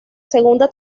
segunda